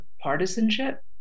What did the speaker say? partisanship